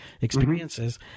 experiences